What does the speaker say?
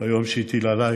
ביום שהטיל עליי